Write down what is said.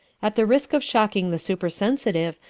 at the risk of shocking the supersensitive,